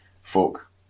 folk